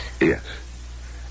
Yes